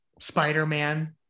Spider-Man